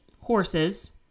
horses